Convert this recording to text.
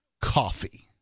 Coffee